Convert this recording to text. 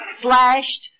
slashed